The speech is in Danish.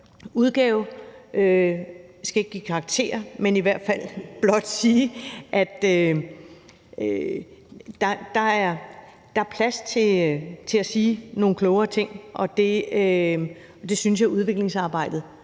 og jeg skal ikke give karakterer, men i hvert fald blot sige, at der er plads til at sige nogle klogere ting, og det synes jeg udviklingsarbejdet